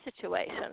situation